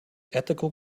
ethical